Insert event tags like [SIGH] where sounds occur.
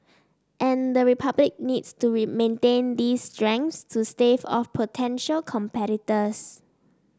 and the Republic needs to [UNINTELLIGIBLE] maintain these strengths to stave off potential competitors